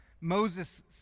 Moses